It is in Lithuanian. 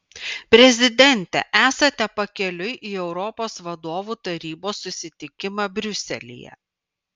prezidente esate pakeliui į europos vadovų tarybos susitikimą briuselyje